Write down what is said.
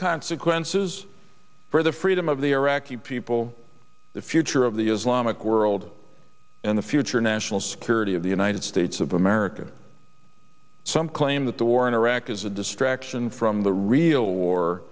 consequences for the freedom of the iraqi people the future of the islamic world and the future national security of the united states of america some claim that the war in iraq is a distraction from the real war